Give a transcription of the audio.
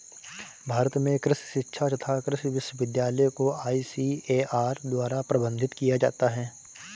भारत में कृषि शिक्षा तथा कृषि विश्वविद्यालय को आईसीएआर द्वारा प्रबंधित किया जाता है